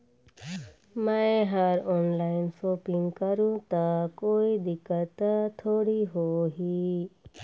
मैं हर online shopping करू ता कोई दिक्कत त थोड़ी होही?